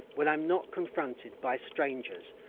when i'm not confronted by strangers,